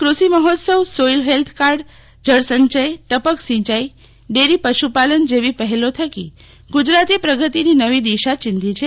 ક્રષિ મહોત્સવ soil health card જળસંચય ટપક સિંચાઇ ડેરી પશુપાલન જેવી પહેલો થકી ગુજરાતે પ્રગતિની નવી દિશા ચિંધી છે